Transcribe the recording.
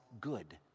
good